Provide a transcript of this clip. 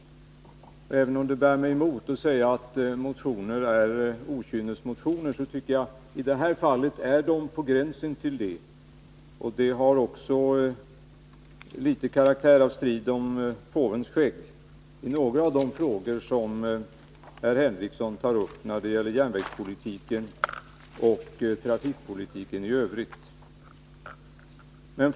Även om det bär mig emot att säga att motionerna är okynnesmotioner, tycker jag att de i det här fallet är på gränsen till det. Några av de frågor som herr Henricsson tar upp när det gäller järnvägspolitiken och trafikpolitiken i övrigt har också litet karaktären av strid om påvens skägg.